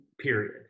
period